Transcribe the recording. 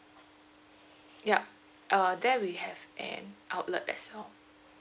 yup uh there we have an outlet as well